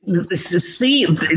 See